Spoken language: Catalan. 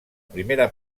primera